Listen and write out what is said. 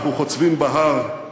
אנחנו חוצבים בהר,